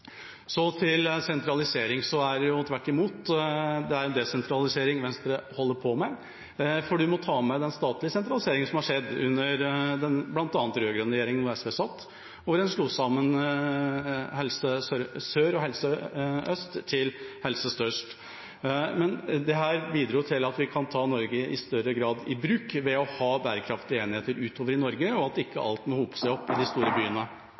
Så til sentralisering. Det er jo tvert om – det er desentralisering Venstre holder på med. For vi må ta med den statlige sentraliseringen som har skjedd, bl.a. under den rød-grønne regjeringa, der SV satt, hvor en slo sammen Helse Sør og Helse Øst til «Helse Størst». Dette bidro til at vi kan ta Norge i større grad i bruk ved å ha bærekraftige enheter utover i Norge, og at ikke alt må hope seg opp i de store byene.